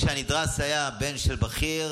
כשהנדרס היה בן של בכיר,